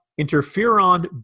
interferon